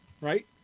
right